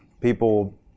People